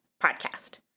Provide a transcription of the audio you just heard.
podcast